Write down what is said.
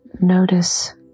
Notice